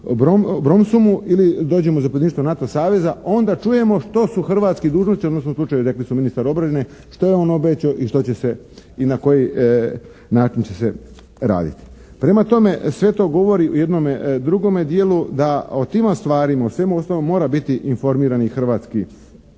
Bronsumu ili dođemo u zapovjedništvo NATO saveza onda čujemo što su hrvatski dužnosnici odnosno u ovom slučaju rekli su ministar obrane, što je on obećao i što će se i na koji način se raditi. Prema tome, sve to govori o jednome drugome dijelu da o tim stvarima, o svemu ostalom mora biti informiran Hrvatski